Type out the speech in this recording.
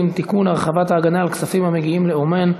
(תיקון) (הרחבת ההגנה על כספים המגיעים לאומן),